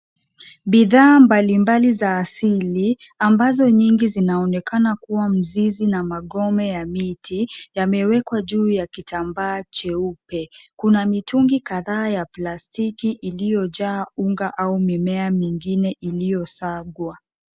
Bidhaa mbalimbali za asili ambazo nyingi zinaonekana kuwa mzizi na magome ya miti yamewekwa juu ya kitambaa cheupe. Kuna mitungi kadhaa ya plastiki iliyojaa unga au mimea mingine iliyosagwa.